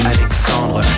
Alexandre